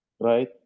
right